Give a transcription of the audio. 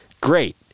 Great